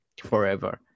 forever